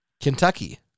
Kentucky